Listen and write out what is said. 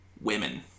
Women